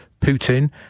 Putin